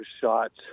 shots